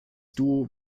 duo